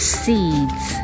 seeds